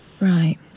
Right